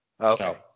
Okay